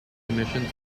commissions